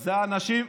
זה אנשים,